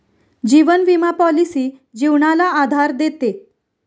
जीवन विमा पॉलिसी जीवनाला आधार देते